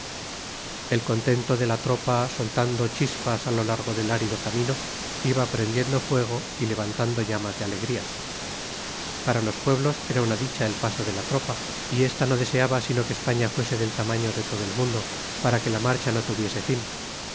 el contento de la tropa soltando chispas a lo largo del árido camino iba prendiendo fuego y levantando llamas de alegría para los pueblos era una dicha el paso de la tropa y esta no deseaba sino que españa fuese del tamaño de todo el mundo para que la marcha no tuviese fin